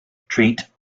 retreat